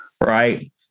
Right